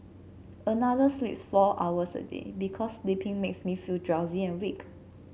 another sleeps four hours a day because sleeping makes me feel drowsy and weak